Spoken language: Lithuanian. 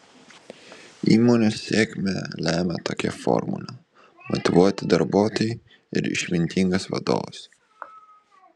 įmonės sėkmę lemią tokia formulė motyvuoti darbuotojai ir išmintingas vadovas